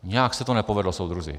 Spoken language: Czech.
Nějak se to nepovedlo, soudruzi.